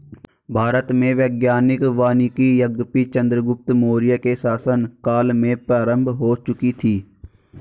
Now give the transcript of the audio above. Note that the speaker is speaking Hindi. भारत में वैज्ञानिक वानिकी यद्यपि चंद्रगुप्त मौर्य के शासन काल में प्रारंभ हो चुकी थी